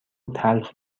تلخ